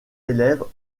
élèves